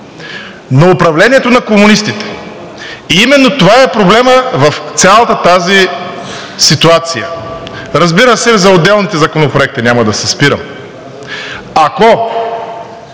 на управлението на комунистите и именно това е проблемът в цялата тази ситуация. Разбира се, за отделните законопроекти няма да се спирам. Ако